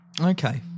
okay